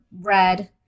red